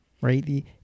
Right